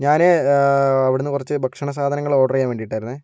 ഞാൻ അവിടെ നിന്ന് കുറച്ച് ഭക്ഷണ സാധനങ്ങൾ ഓർഡർ ചെയ്യാൻ വേണ്ടീട്ട് ആയിരുന്നു